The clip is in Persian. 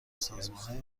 سازمانهای